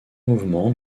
mouvement